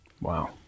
Wow